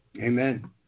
Amen